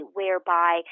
whereby